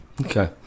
okay